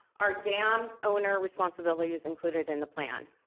our dam owner responsibility is included in the plan.